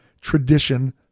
tradition